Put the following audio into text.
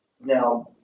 Now